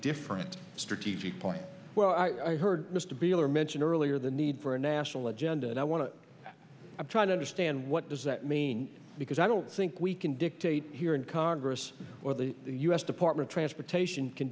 different strategic plan well i heard mr beeler mention earlier the need for a national agenda and i want to try to understand what does that mean because i don't think we can dictate here in congress or the u s department transportation can